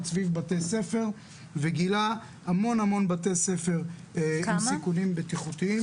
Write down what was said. סביב בתי ספר וגילה המון המון בתי ספר עם סיכונים בטיחותיים.